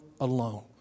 alone